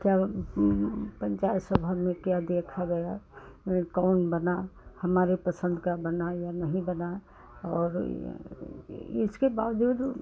क्या पंचायत सभा में क्या देखा गया ये कौन बना हमारे पसंद का बना या नहीं बना और ये इसके बावज़ूद